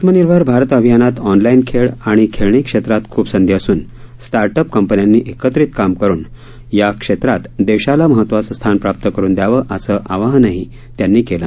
आत्मनिर्भर भारत अभियानात ऑनलाईन खेळ आणि खेळणी क्षेत्रात खूप संधी असून स्टार्ट अप कंपन्यांनी एकत्रित काम करून या क्षेत्रात देशाला महत्वाचं स्थान प्राप्त करून दयावं असं आवाहनही त्यांनी केलं